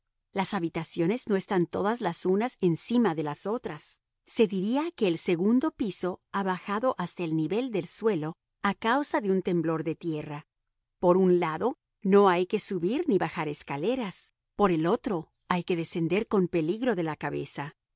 las habitaciones no están todas las unas encima de las otras se diría que el segundo piso ha bajado hasta el nivel del suelo a causa de un temblor de tierra por un lado no hay que subir ni bajar escaleras por el otro hay que descender con peligro de la cabeza